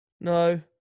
No